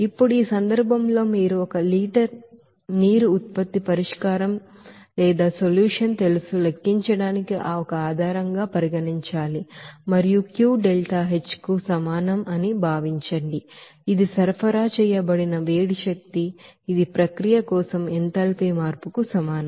ఇప్పుడు ఈ సందర్భంలో మీరు ఒక లీటర్ మీరు ఉత్పత్తి పరిష్కారం తెలుసు లెక్కించడానికి ఒక ఆధారం పరిగణించాలి మరియు క్యూ డెల్టా H కు సమానం అని భావించండి ఇది సరఫరా చేయబడిన హీట్ ఎనర్జీ ఇది ప్రక్రియ కోసం ఎంథాల్పీ మార్పుకు సమానం